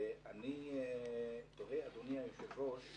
אני תוהה, אדוני היושב-ראש,